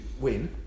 win